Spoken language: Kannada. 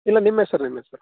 ಇಲ್ಲ ನಿಮ್ಮ ಹೆಸರು ನಿಮ್ಮ ಹೆಸರು